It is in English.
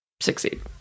succeed